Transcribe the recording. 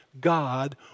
God